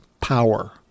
power